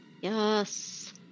Yes